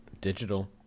digital